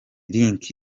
link